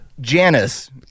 Janice